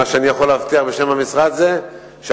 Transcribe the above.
מה שאני יכול להבטיח בשם המשרד זה שהמשרד